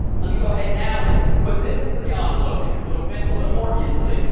let me go ahead now and put this into the um envelope, because it'll fit a little more easily.